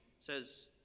says